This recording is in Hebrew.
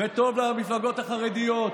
וטוב למפלגות החרדיות.